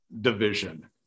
division